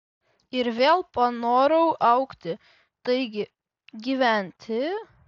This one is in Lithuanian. ir vėl panorau augti taigi gyventi